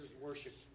worship